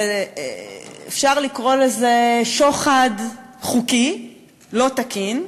ואפשר לקרוא לזה שוחד חוקי לא תקין,